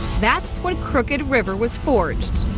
that's when crooked river was forged.